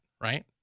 right